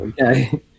okay